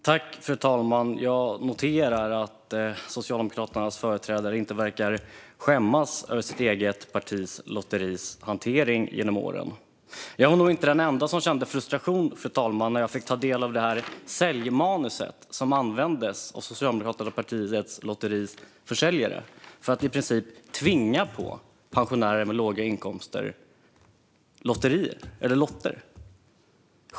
Fru talman! Jag noterar att Socialdemokraternas företrädare inte verkar skämmas över sitt eget partis lotteris hantering genom åren. Jag var nog inte den enda som kände frustration, fru talman, när jag fick ta del av det säljmanus som användes av socialdemokratiska partiets lotteris försäljare för att i princip tvinga på pensionärer med låga inkomster lotter.